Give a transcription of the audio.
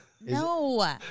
No